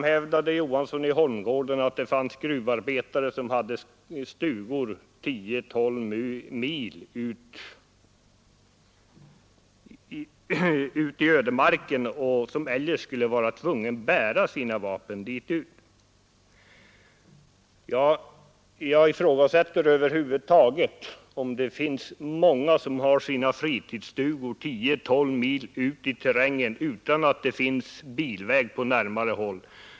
Herr Johansson i Holmgården hävdade att det finns gruvarbetare som har stugor 10—12 mil ut i ödemarken och som, om ett förbud av det här slaget infördes, skulle vara tvungna att bära sina vapen dit ut. Ja, jag ifrågasätter om det finns många som har sina fritidsstugor 10—12 mil ut i terrängen utan att det finns bilväg på närmare håll.